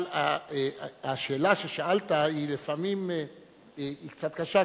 אבל השאלה ששאלת היא לפעמים קצת קשה,